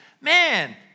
Man